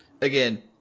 again